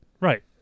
Right